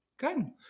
Good